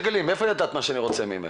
איך ידעת מה אני רוצה ממך?